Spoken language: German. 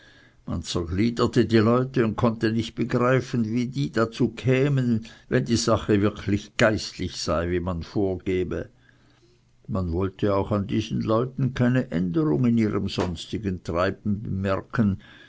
man zergliederte die leute und konnte nicht begreifen wie die dazu kämen wenn die sache wirklich geistlich sei wie man vorgebe man wollte auch an diesen leuten keine änderung in ihrem sonstigen treiben bemerken